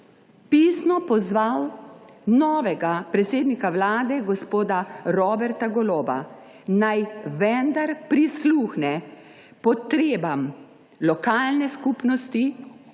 pisno pozval novega predsednika vlade gospoda Roberta Goloba, naj vendar prisluhne potrebam lokalne skupnosti,